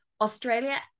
Australia